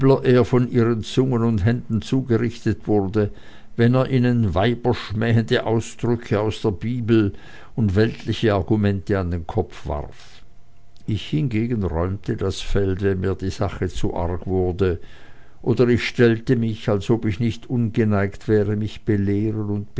von ihren zungen und händen zugerichtet wurde wenn er ihnen weiberschmähende aussprüche aus der bibel und weltliche argumente an den kopf warf ich hingegen räumte das feld wenn mir die sache zu arg wurde oder ich stellte mich als ob ich nicht ungeneigt wäre mich belehren